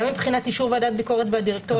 מבחינת אישור ועדת ביקורת והדירקטוריון,